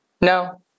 no